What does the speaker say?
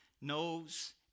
knows